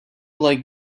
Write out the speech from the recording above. like